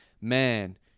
Man